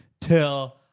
till